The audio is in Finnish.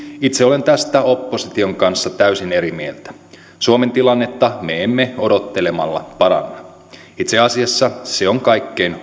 itse olen tästä opposition kanssa täysin eri mieltä suomen tilannetta me emme odottelemalla paranna itse asiassa se on kaikkein